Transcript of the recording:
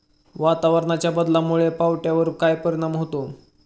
वातावरणाच्या बदलामुळे पावट्यावर काय परिणाम होतो?